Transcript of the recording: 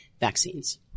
vaccines